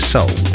Soul